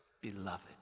beloved